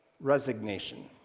Resignation